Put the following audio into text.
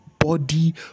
Body